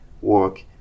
work